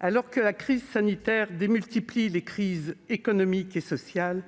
alors que la crise sanitaire démultiplie les crises économique et sociale,